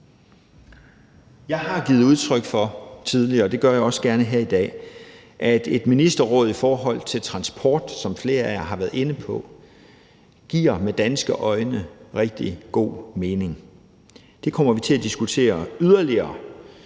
tidligere givet udtryk for – det gør jeg også gerne her i dag – at et ministerråd i forhold til transport, som flere af jer har været inde på, med danske øjne giver rigtig god mening. Det kommer vi til at diskutere yderligere.